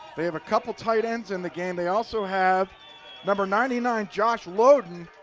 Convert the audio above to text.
they have a couple of tight ends in the game. they also have number ninety nine, josh lowdan,